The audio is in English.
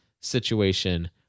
situation